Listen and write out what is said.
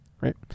right